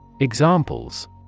Examples